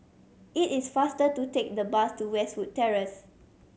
it is faster to take the bus to Westwood Terrace